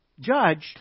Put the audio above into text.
Judged